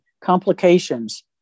complications